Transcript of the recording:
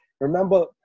remember